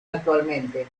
actualmente